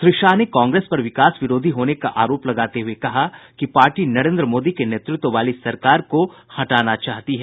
श्री शाह ने कांग्रेस पर विकास विरोधी होने का आरोप लगाते हुए कहा कि पार्टी नरेन्द्र मोदी के नेतृत्व वाली सरकार को हटाना चाहती है